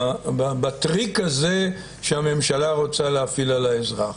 בטריק הזה שהממשלה רוצה להפעיל על האזרח,